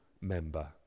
member